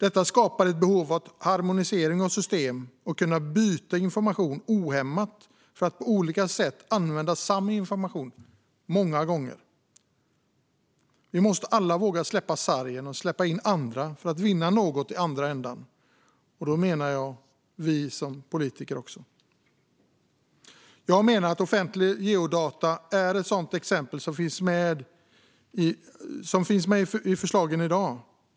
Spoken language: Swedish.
Detta skapar ett behov av harmonisering av system och av att man ohämmat kan byta information för att på olika sätt använda samma information många gånger. Vi måste alla, också vi politiker, våga släppa sargen och släppa in andra för att vinna något i andra ändan. Offentliga geodata är ett sådant exempel, som finns med i förslagen i dag.